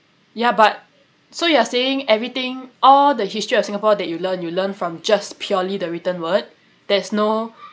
ya but so you are saying everything all the history of singapore that you learn you learn from just purely the written word there's no